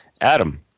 Adam